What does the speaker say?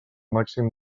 màxim